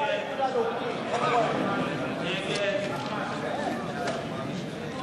סיעות העבודה-מרצ להביע